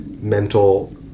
mental